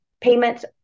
payments